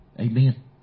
Amen